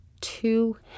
two